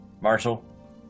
Marshall